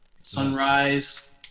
Sunrise